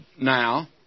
now